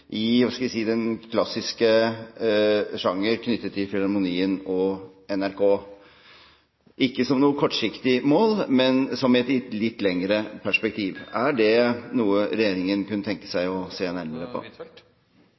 i, skal vi si, den klassiske sjanger knyttet til Filharmonien og NRK – ikke som noe kortsiktig mål, men i litt lengre perspektiv. Er det noe regjeringen kunne tenke seg se nærmere på?